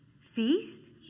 Feast